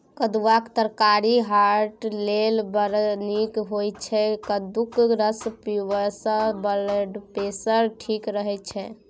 कद्दुआक तरकारी हार्ट लेल बड़ नीक होइ छै कद्दूक रस पीबयसँ ब्लडप्रेशर ठीक रहय छै